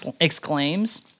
exclaims